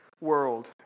World